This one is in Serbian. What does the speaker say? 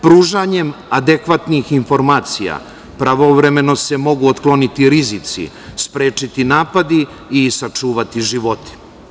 Pružanjem adekvatnih informacija pravovremeno se mogu otkloniti rizici, sprečiti napadi i sačuvati životi.